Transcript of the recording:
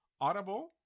Audible